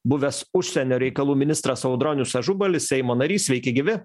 buvęs užsienio reikalų ministras audronius ažubalis seimo narys sveiki gyvi